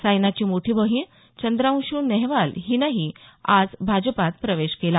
सायनाची मोठी बहीण चंद्रांशू नेहवाल हिनेही आज भाजपात प्रवेश केला